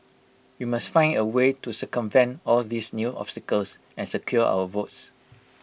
we must find A way to circumvent all these new obstacles and secure our votes